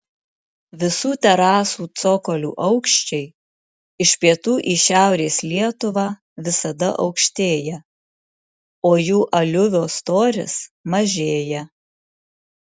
visų terasų cokolių aukščiai iš pietų į šiaurės lietuvą visada aukštėja o jų aliuvio storis mažėja